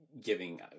giving